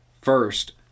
First